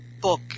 book